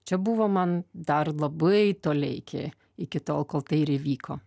čia buvo man dar labai toli iki iki tol kol tai ir įvyko